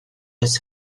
oes